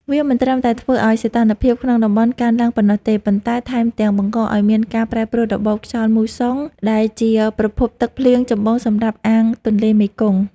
វាមិនត្រឹមតែធ្វើឱ្យសីតុណ្ហភាពក្នុងតំបន់កើនឡើងប៉ុណ្ណោះទេ ប៉ុន្តែថែមទាំងបង្កឱ្យមានការប្រែប្រួលរបបខ្យល់មូសុង ដែលជាប្រភពទឹកភ្លៀងចម្បងសម្រាប់អាងទន្លេមេគង្គ។